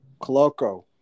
Coloco